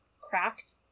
cracked